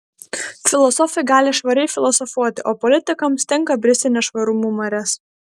filosofai gali švariai filosofuoti o politikams tenka bristi nešvarumų marias